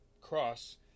cross